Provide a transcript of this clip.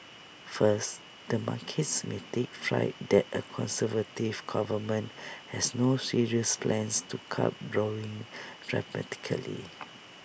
first the markets may take fright that A conservative government has no serious plans to cut borrowing dramatically